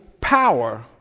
power